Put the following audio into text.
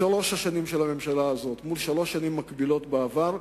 בשלוש השנים של הממשלה הזאת מול שלוש שנים מקבילות בעבר,